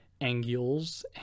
angles